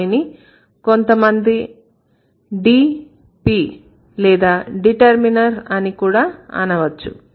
దానిని కొంతమంది DP లేదా డిటర్మినర్ అని కూడా అనవచ్చు